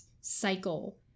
cycle